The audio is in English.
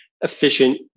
efficient